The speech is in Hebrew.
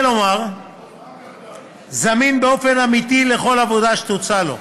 כלומר זמין באופן אמיתי לכל עבודה שתוצע לו.